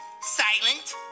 silent